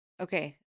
Okay